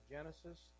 Genesis